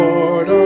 Lord